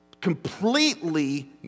completely